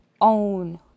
own